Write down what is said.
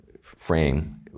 frame